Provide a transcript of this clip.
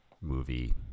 movie